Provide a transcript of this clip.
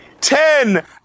Ten